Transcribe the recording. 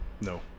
No